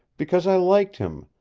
because i liked him,